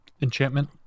Enchantment